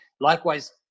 Likewise